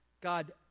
God